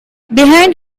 behind